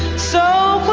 so